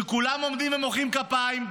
כשכולם עומדים ומוחאים כפיים.